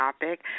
topic